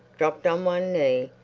dropped on one knee,